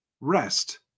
rest